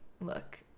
look